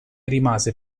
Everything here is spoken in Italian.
rimase